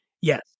yes